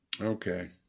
Okay